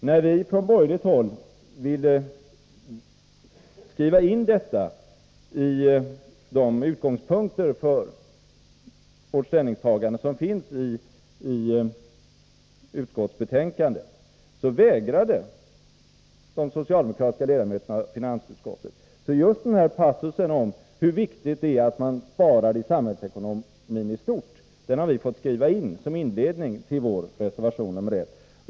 När vi från borgerligt håll ville skriva in detta i de utgångspunkter för vårt ställningstagande som återges i utskottsbetänkandet, vägrade de socialdemokratiska ledamöterna av finansutskottet. Passusen om hur viktigt det är att man sparar i samhällsekonomin i stort har vi därför fått skriva in i reservation — det är inledningen till vår reservation nr 1.